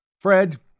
Fred